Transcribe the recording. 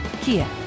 Kia